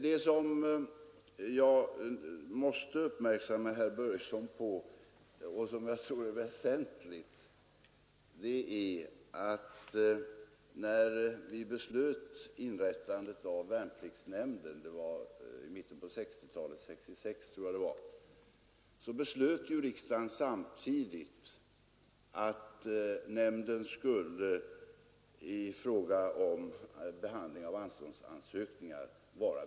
Det som jag måste göra herr Börjesson i Falköping uppmärksam på och som jag tror är det väsentliga är att när vi inrättade värnpliktsnämnden — 1966 tror jag det var — beslöt riksdagen samtidigt att nämnden skulle vara mycket restriktiv vid behandlingen av anståndsansökningar.